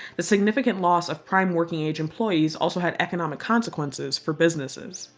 the significant loss of prime working-age employees also had economic consequences for businesses.